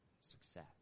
success